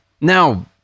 Now